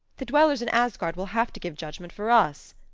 the dwellers in asgard will have to give judgment for us,